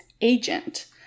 agent